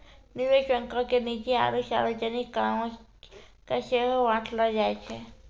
निवेश बैंको के निजी आरु सार्वजनिक कामो के सेहो बांटलो जाय छै